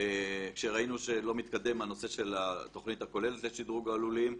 כשראינו שלא מתקדם הנושא של התוכנית הכוללת לשדרוג הלולים,